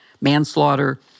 manslaughter